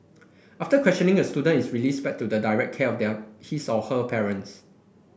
after questioning a student is released back to the direct care of their his or her parents